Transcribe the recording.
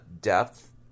depth